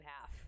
half